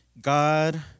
God